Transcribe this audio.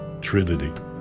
trinity